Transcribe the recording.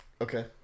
okay